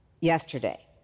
yesterday